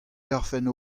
garfen